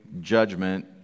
judgment